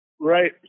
Right